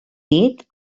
dit